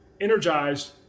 energized